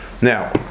Now